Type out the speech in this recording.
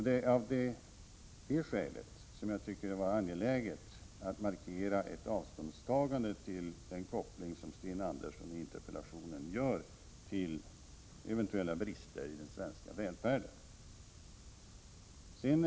Det var av detta skäl som jag ansåg det angeläget att markera ett avståndstagande till den koppling som Sten Andersson i Malmö gör i sin interpellation till eventuella brister i den svenska välfärden.